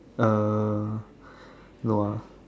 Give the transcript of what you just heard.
uh no ah